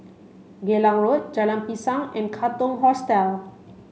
Geylang Road Jalan Pisang and Katong Hostel